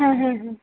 हा हा हा